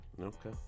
okay